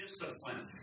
discipline